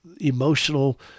emotional